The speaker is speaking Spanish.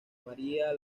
maría